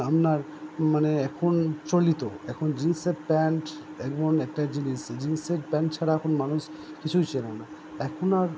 আপনার মানে এখন চলিত এখন জিন্সের প্যান্ট এমন একটা জিনিষ জিন্সের প্যান্ট ছাড়া এখন মানুষ কিছুই চেনে না এখন আর